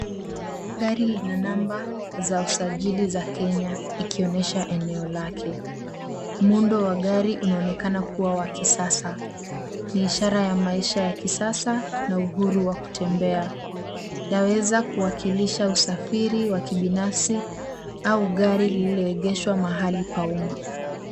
Gari lina namba za usajili za Kenya ikionyesha eneo lake, Muundo wa gari unaonekana kuwa wa kisasa, ni ishara ya maisha ya kisasa, na uhuru wa kutembea. Yaweza kuwakilisha usafiri wa kibinafsi au gari lililegeshwa mahali pa umma.